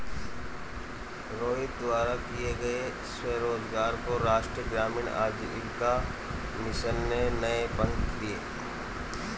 रोहित द्वारा किए गए स्वरोजगार को राष्ट्रीय ग्रामीण आजीविका मिशन ने नए पंख दिए